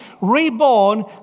reborn